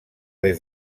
des